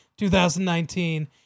2019